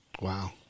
Wow